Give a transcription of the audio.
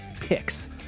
picks